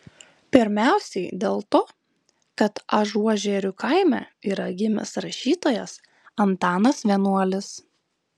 pirmiausiai dėl to kad ažuožerių kaime yra gimęs rašytojas antanas vienuolis